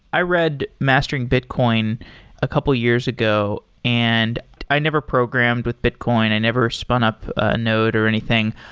i read mastering bitcoin a couple of years ago and i never programmed with bitcoin. i never spun up a node or anything,